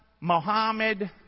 Mohammed